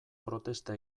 protesta